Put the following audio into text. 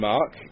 Mark